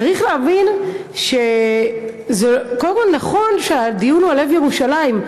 צריך להבין שזה קודם כול נכון שהדיון הוא על לב ירושלים,